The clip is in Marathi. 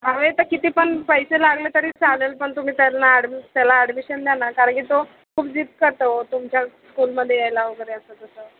हवे तर किती पण पैसे लागले तरी चालेल पण तुम्ही त्याला ॲडमि त्याला ॲडमिशन द्या ना कारण की तो खूप जिद करतो ओ तुमच्या स्कूलमध्ये यायला वगैरे असं तसं